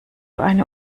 eine